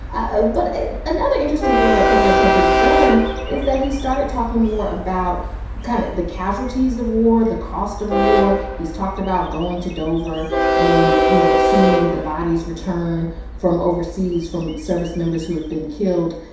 ah but another interesting thing that president trump has done is that he started talking more about kind of the casualties of war, the cost of war. he's talked about going to dover and, you know, seeing the bodies return from overseas from service members who have been killed.